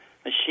Machine